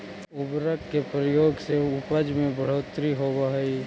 उर्वरक के प्रयोग से उपज में बढ़ोत्तरी होवऽ हई